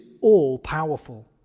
all-powerful